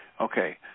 Okay